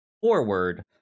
forward